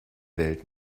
welt